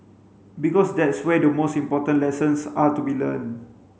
because that's where the most important lessons are to be learnt